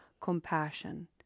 compassion